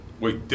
wait